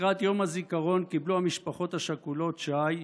לקראת יום הזיכרון קיבלו המשפחות השכולות שי: